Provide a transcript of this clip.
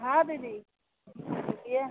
हाँ दीदी दिए हैं